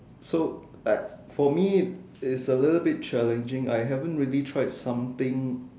so I for me it's a little bit challenging I haven't really tried something